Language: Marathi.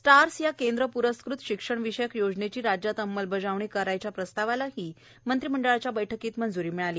स्टार्स या केंद्रप्रस्कृत शिक्षण विषयक योजनेची राज्यात अंमलबजावणी करायच्या प्रस्तावालाही बैठकीत मंजूरी मिळाली